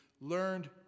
learned